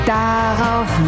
darauf